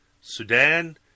Sudan